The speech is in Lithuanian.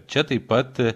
čia taip pat